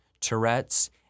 Tourette's